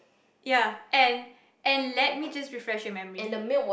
ya and and let me just refresh your memory